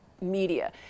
media